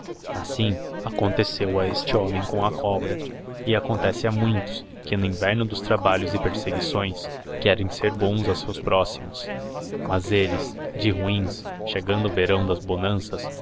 assim aconteceo a este homem com a no cobra e acootece a muitos que inverno dos trabalhos e perseguições querem ser bons a seus próximos mas elles de ruins cliegaudo o verão das bonanças